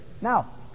Now